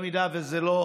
אם זה לא